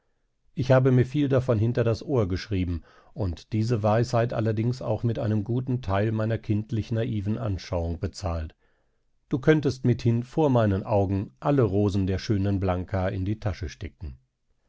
ich habe mir viel davon hinter das ohr geschrieben und diese weisheit allerdings auch mit einem guten teil meiner kindlich naiven anschauung bezahlt du könntest mithin vor meinen augen alle rosen der schönen blanka in die tasche stecken